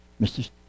Mr